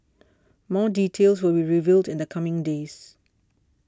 more details will be revealed in the coming days